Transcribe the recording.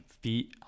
feet